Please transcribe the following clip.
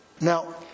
Now